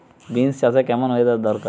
Beans চাষে কেমন weather দরকার?